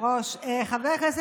לדבר אליך.